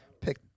pick